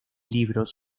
libros